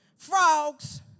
Frogs